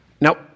Now